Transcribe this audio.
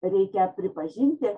reikia pripažinti